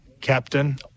captain